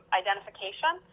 identification